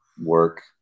work